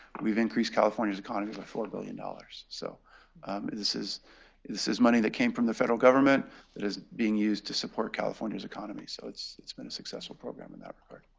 we've increased california's economy by four billion dollars. so this is this is money that came from the federal government that is being used to support california's economy. so it's it's been a successful program in that regard.